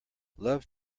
love